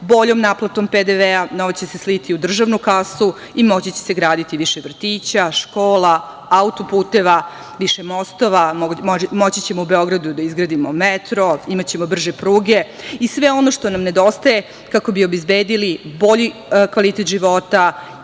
naplatom PDV-a novac će se sliti u državnu kasu i moći će se graditi više vrtića, škola, autoputeva, više mostova, moći ćemo u Beogradu da izgradimo metro, imaćemo brže pruge i sve ono što nam nedostaje kako bi obezbedili bolji kvalitet života